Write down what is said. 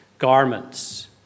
garments